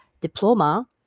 Diploma